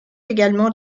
également